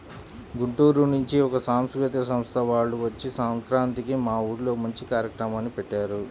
గుంటూరు నుంచి ఒక సాంస్కృతిక సంస్థ వాల్లు వచ్చి సంక్రాంతికి మా ఊర్లో మంచి కార్యక్రమాల్ని పెట్టారు